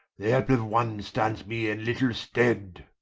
the helpe of one stands me in little stead.